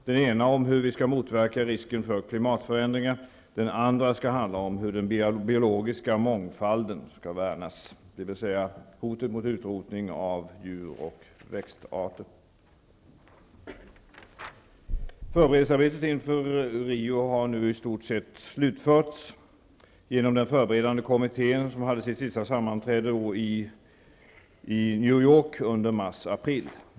Den ena om hur vi skall motverka risken för klimatförändringar. Den andra skall handla om hur den biologiska mångfalden skall värnas, dvs. hotet mot utrotning av djur och växtarter. Förberedelsearbetet inför Rio har nu i stort sett slutförts genom den förberedande kommittén som hade sitt sista sammanträde i New York under mars--april.